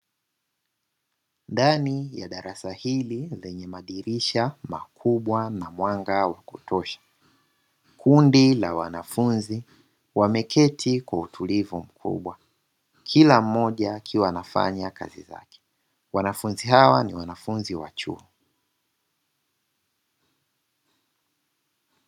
Ndani ya darasa hili lenye madirisha makubwa na mwanga wa kutosha, kundi la wanafunzi wameketi kwa utulivu mkubwa. Kila mmoja akiwa anafanya kazi zake, wanafunzi hawa ni wanafunzi wa chuo.